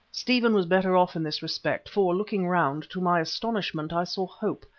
stephen was better off in this respect, for, looking round, to my astonishment i saw hope,